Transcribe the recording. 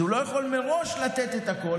אז הוא לא יכול מראש לתת את הכול,